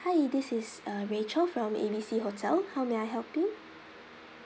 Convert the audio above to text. hi this is uh rachel from A B C hotel how may I help you